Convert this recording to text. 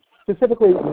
specifically